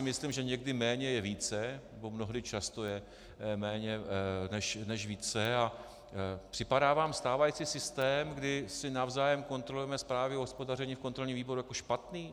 Myslím si, že někdy méně je více, mnohdy často je méně než více, a připadá vám stávající systém, kdy si navzájem kontrolujeme zprávy o hospodaření v kontrolním výboru, jako špatný?